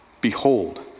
Behold